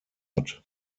hat